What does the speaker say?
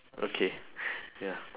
okay ya